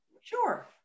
Sure